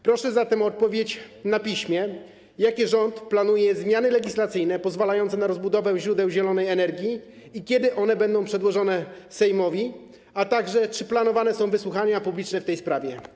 Proszę zatem o odpowiedź na piśmie na pytanie, jakie rząd planuje zmiany legislacyjne pozwalające na rozbudowę źródeł zielonej energii, kiedy one będą przedłożone Sejmowi, a także czy planowane są wysłuchania publiczne w tej sprawie.